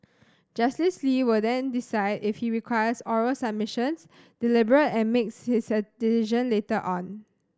Justice Lee will then decide if he requires oral submissions deliberate and makes his decision later on